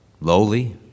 lowly